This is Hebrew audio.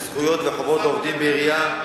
זכויות וחובות העובדים בעירייה,